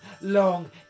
long